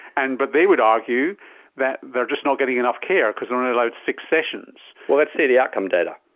and but they would argue that they are just not getting enough care because they are only allowed six sessions. well, let's see the outcome data.